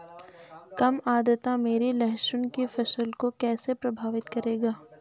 कम आर्द्रता मेरी लहसुन की फसल को कैसे प्रभावित करेगा?